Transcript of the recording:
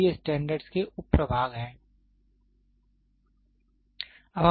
तो ये स्टैंडर्ड के उप प्रभाग हैं